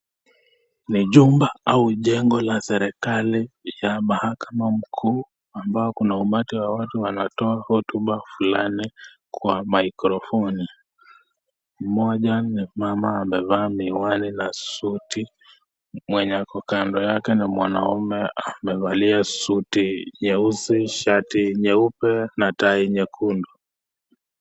Ni jumba au jengo la serikali ya mahakama mkuu ambao kuna umati wa watu wanatoa hotumba fulani kwa mikrofoni. Mmoja ni mama amevaa miwani na suti ,mwenye ako kando yake ni mwanaume amevalia suti nyeusi, shati nyeupe na tai nyekundu.